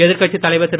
எதிர்கட்சித் தலைவர் திரு